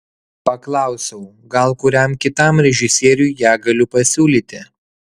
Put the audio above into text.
paklausiau gal kuriam kitam režisieriui ją galiu pasiūlyti